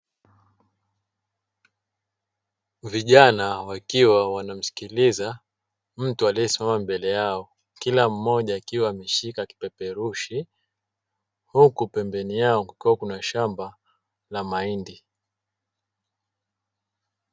Vijana wakiwa wanamsikiliza mtu aliyesimama mbele yao kila mmoja akiwa ameshika kipeperushi huku pembeni yao kukiwa kuna shamba la mahindi.